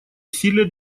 усилия